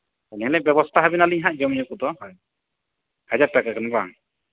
ᱮᱢᱱᱤ ᱞᱤᱧ ᱵᱮᱵᱚᱥᱛᱷᱟ ᱟᱹᱵᱤᱱᱟ ᱦᱟᱸᱜ ᱡᱚᱢᱼᱧᱩ ᱠᱚᱫᱚ ᱦᱟᱡᱟᱨ ᱴᱟᱠᱟ ᱜᱟᱱ ᱵᱟᱝ